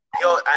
Yo